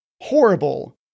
horrible